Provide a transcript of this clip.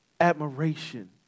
admiration